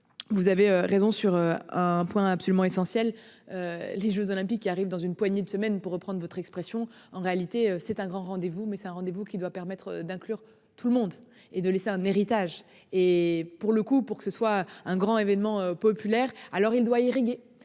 Vous avez raison sur un point absolument essentiel. Les Jeux olympiques qui arrive dans une poignée de semaines pour reprendre votre expression. En réalité c'est un grand rendez-vous mais c'est un rendez-vous qui doit permettre d'inclure tout le monde et de laisser un héritage et pour le coup pour que ce soit un grand événement populaire, alors il doit irriguer.